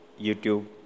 YouTube